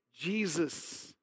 Jesus